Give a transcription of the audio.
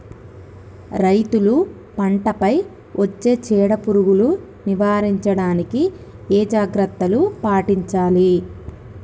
రైతులు పంట పై వచ్చే చీడ పురుగులు నివారించడానికి ఏ జాగ్రత్తలు పాటించాలి?